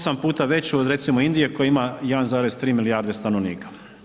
8 puta veću od recimo Indije koja ima 1,3 milijarde stanovnika.